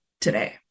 today